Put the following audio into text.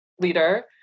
leader